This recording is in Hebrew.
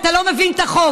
כי אתה לא מבין את החוק.